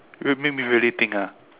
wait made me really think ah